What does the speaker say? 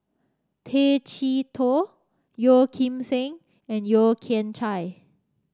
Tay Chee Toh Yeo Kim Seng and Yeo Kian Chye